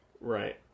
Right